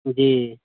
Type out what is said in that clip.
जी